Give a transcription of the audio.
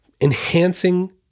Enhancing